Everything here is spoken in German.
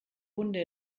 hunde